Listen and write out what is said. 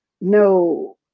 no